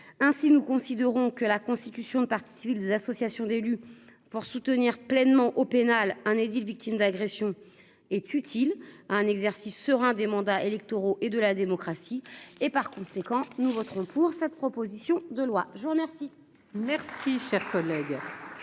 ainsi, nous considérons que la constitution de partie civile, des associations d'élus pour soutenir pleinement au pénal un édile victime d'agression est utile à un exercice serein des mandats électoraux et de la démocratie et, par conséquent, nous voterons pour cette proposition de loi, je vous remercie.